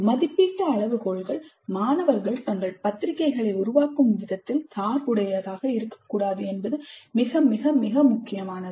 மதிப்பீட்டு அளவுகோல்கள் மாணவர்கள் தங்கள் பத்திரிகைகளை உருவாக்கும் விதத்தில் சார்புடையதாக இருக்கக்கூடாது என்பது மிக மிக முக்கியமானது